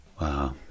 Wow